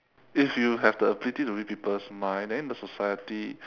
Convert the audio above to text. if you have the ability to read people's mind then the society